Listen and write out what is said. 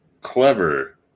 clever